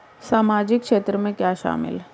सामाजिक क्षेत्र में क्या शामिल है?